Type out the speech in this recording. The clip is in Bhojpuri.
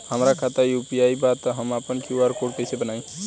हमार खाता यू.पी.आई बा त हम आपन क्यू.आर कोड कैसे बनाई?